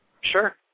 Sure